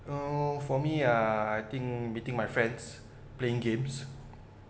oh for me uh I think meeting my friends playing games